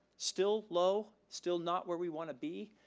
still low, still not where we want to be,